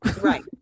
Right